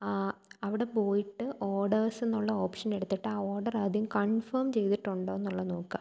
അവിടെ പോയിട്ട് ഓഡേഴ്സ് എന്നുള്ള ഓപ്ഷൻ എടുത്തിട്ട് ആ ഓഡർ ആദ്യം കൺഫേം ചെയ്തിട്ടുണ്ടോ എന്നുള്ളത് നോക്കുക